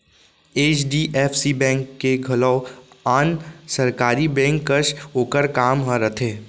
HDFC bank के घलौ आन सरकारी बेंक कस ओकर काम ह रथे